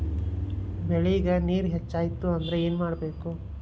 ಬೆಳೇಗ್ ನೇರ ಹೆಚ್ಚಾಯ್ತು ಅಂದ್ರೆ ಏನು ಮಾಡಬೇಕು?